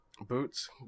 Boots